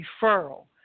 referral